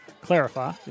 clarify